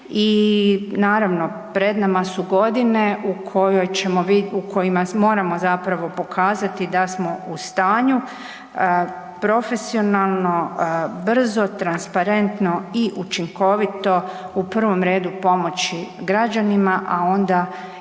I naravno pred nama su godine u kojima moramo pokazati da smo u stanju profesionalno, brzo, transparentno i učinkovito u prvom redu pomoći građanima, a onda i obnoviti